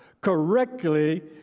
Correctly